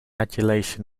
adulation